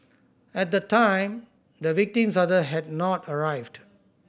at the time the victim's father had not arrived